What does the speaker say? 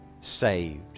saved